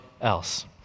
else